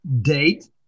date